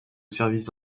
services